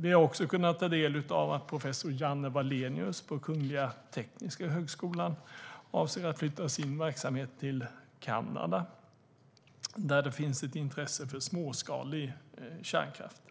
Vi har också kunnat ta del av att professor Janne Wallenius på Kungliga Tekniska högskolan avser att flytta sin verksamhet till Kanada där det finns ett intresse för småskalig kärnkraft.